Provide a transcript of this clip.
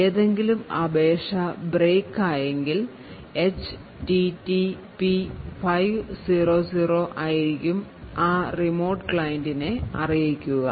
ഏതെങ്കിലും അപേക്ഷ break ആയങ്കിൽ HTTP 500 ആയിരിക്കും ആ remote client നെ അറിയിക്കുക